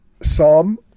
Psalm